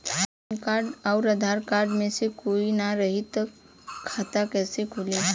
Pan card आउर Aadhaar card मे से कोई ना रहे त खाता कैसे खुली?